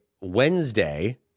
Wednesday